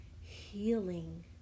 healing